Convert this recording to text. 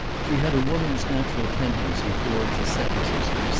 she had a woman's natural tendency towards asceticism,